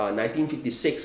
1956